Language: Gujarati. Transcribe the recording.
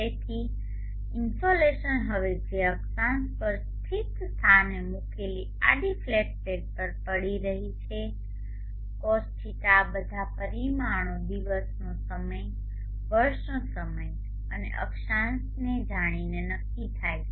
તેથી આ ઈનસોલેસન હશે જે અક્ષાંશ પર સ્થિત સ્થાને મૂકેલી આડી ફ્લેટ પ્લેટ પર પડી રહી છે ϕ આ બધા પરિમાણો દિવસનો સમય વર્ષનો સમય અને અક્ષાંશને જાણીને નક્કી થાય છે